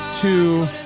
two